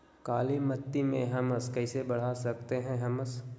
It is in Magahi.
कालीमती में हमस कैसे बढ़ा सकते हैं हमस?